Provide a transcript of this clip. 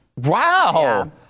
Wow